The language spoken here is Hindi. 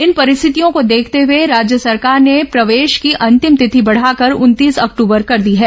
इन परिस्थितियों को देखते हुए राज्य सरकार ने प्रवेश की अंतिम तिथि बढ़ाकर उनतीस अक्टूबर कर दी है